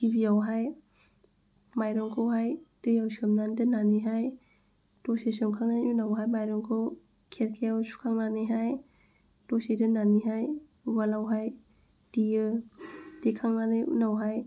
गिबियावहाय माइरंखौहाय दैयाव सोमनानै दोननानैहाय दसे सोमखांनायनि उनावहाय माइरंखौ खेरखायाव सुखांनानैहाय दसे दोननानैहाय उवालावहाय देयो देखांनानै उनावहाय